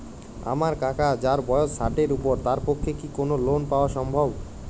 আমার কাকা যাঁর বয়স ষাটের উপর তাঁর পক্ষে কি লোন পাওয়া সম্ভব?